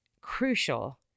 crucial